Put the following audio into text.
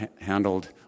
handled